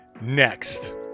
next